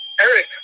Eric